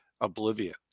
oblivion